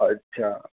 અચ્છા